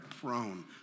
prone